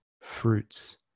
fruits